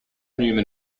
newman